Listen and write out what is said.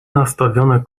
nastawione